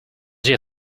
your